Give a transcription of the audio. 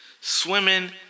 swimming